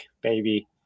baby